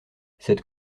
cette